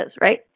right